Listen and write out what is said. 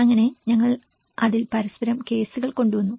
അങ്ങനെ ഞങ്ങൾ അതിൽ പലതരം കേസുകൾ കൊണ്ടുവന്നു